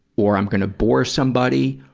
or i'm going to bore somebody,